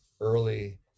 early